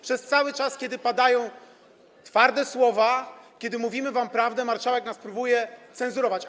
Przez cały czas, kiedy padają twarde słowa, kiedy mówimy wam prawdę, marszałek próbuje nas cenzurować.